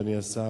אדוני השר,